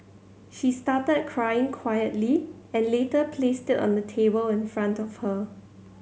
she started crying quietly and later placed it on the table in front of her